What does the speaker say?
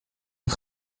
een